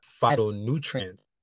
phytonutrients